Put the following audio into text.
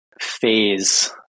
phase